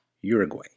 Uruguay